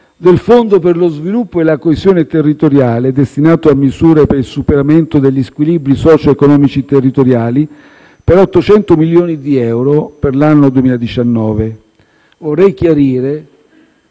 del fondo per lo sviluppo e la coesione territoriale destinato a misure per il superamento degli squilibri socio-economici-territoriali per 800 milioni di euro per l'anno 2019. Tengo a chiarire